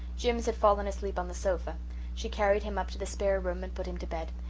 jims had fallen asleep on the sofa she carried him up to the spare room and put him to bed.